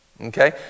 Okay